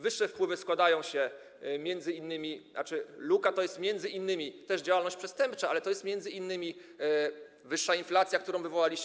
Wyższe wpływy składają się m.in., to znaczy luka to jest m.in. też działalność przestępcza, ale to jest m.in. wyższa inflacja, którą wywołaliście.